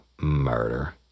murder